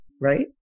right